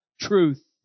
truth